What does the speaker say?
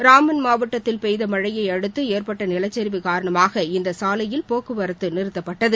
ராம்பன் மாவட்டத்தில் பெய்த மழையையடுத்து ஏற்பட்ட நிலச்சரிவு காரணமாக இந்தச் சாலையில் போக்குவரத்து நிறுத்தப்பட்டது